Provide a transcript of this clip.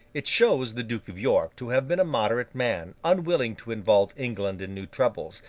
it shows the duke of york to have been a moderate man, unwilling to involve england in new troubles,